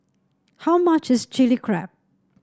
how much is Chilli Crab